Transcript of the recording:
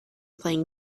playing